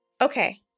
Okay